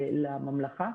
לממלכה.